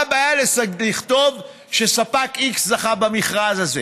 מה הבעיה לכתוב שספק x זכה במכרז הזה?